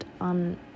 on